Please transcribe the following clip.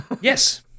yes